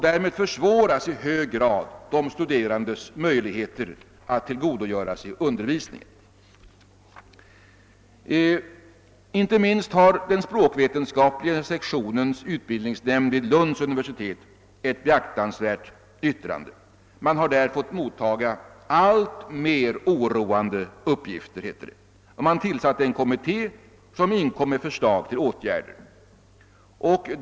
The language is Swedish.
Därmed försvåras i hög grad de studerandes möjligheter att tillgodogöra sig undervisningen. Den språkvetenskapliga sektionens utbildningsnämnd vid Lunds universitet har avgivit ett beaktansvärt yttrande. Man har där fått motta alltmer oroande uppgifter, och man har tillsatt en kommitté som inkommit med förslag till åtgärder.